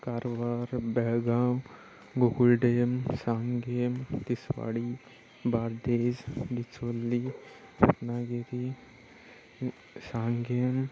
कारवार बेळगाव गुगुल्डेम सांगेम तिसवाडी बारदेस बिचोली रत्नागिरी सांगेम